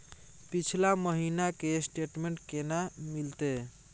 पिछला महीना के स्टेटमेंट केना मिलते?